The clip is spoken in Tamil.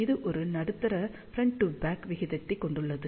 இது ஒரு நடுத்தர ஃப்ராண்ட் டு பேக் விகிதத்தைக் கொண்டுள்ளது